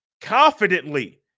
confidently